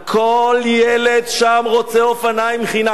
כל ילד שם רוצה אופניים חינם.